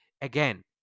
again